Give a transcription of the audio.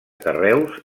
carreus